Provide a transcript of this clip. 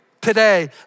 today